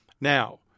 Now